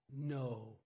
no